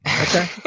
Okay